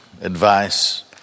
advice